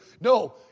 No